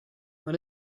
when